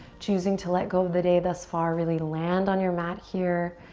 choosing to let go of the day thus far. really land on your mat here.